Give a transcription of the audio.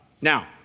Now